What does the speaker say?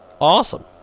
Awesome